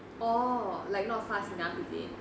orh like not fast enough is it